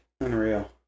Unreal